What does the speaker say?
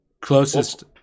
Closest